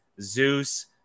Zeus